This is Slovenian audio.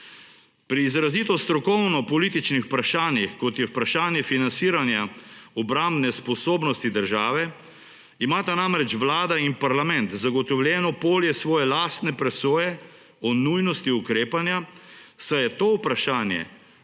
Pri izrazito strokovno-političnih vprašanjih, kot je vprašanje financiranja obrambne sposobnosti države, imata namreč Vlada in parlament zagotovljeno polje svoje lastne presoje o nujnosti ukrepanja, saj je to vprašanje